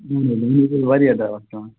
مےٚٚ حظ پیٚو واریاہ دَوہ کھیٚون